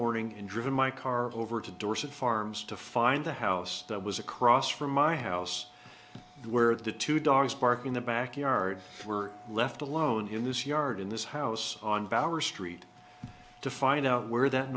morning and driven my car over to dorset farms to find the house that was across from my house where the two dogs park in the backyard were left alone in this yard in this house on bauer street to find out where that